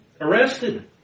arrested